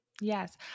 yes